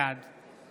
בעד מרב מיכאלי,